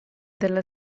della